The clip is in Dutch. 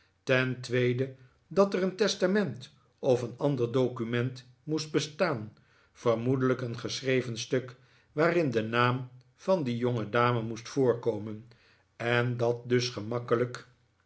ten tweede dat er een testament of een ander document moest bestaan vermoedelijk een geschreven stuk waarin de naam van die jongedame moest voorkomen en dat dus gemakkelijk